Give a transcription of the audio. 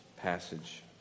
passage